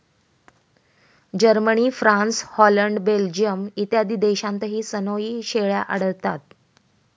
Germany, France, Holland, Belgium इत्यादी देशांतही सनोई शेळ्या आढळतात